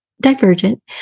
divergent